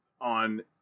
on